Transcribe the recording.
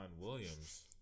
Williams